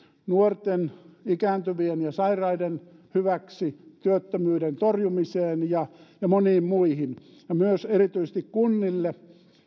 nuorten ikääntyvien ja sairaiden hyväksi työttömyyden torjumiseen ja moniin muihin ja myös erityisesti kunnille